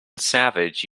savage